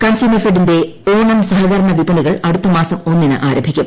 consumer ഫെഡിന്റെ ഓണം സഹകരണ വിപണികൾ അടുത്തമാസം ഒന്നിന് ആരംഭിക്കും